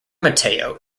mateo